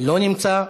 לא נמצא.